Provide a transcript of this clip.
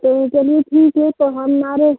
तो चलिए ठीक है तो हम आ रहें